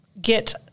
get